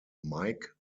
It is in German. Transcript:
mike